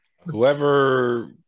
whoever